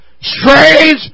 strange